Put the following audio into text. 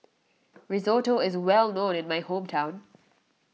Risotto is well known in my hometown